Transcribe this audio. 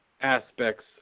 aspects